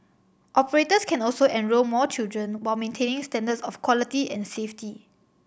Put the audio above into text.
operators can also enrol more children while maintaining standards of quality and safety